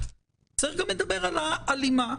צריך לדבר גם על ההלימה.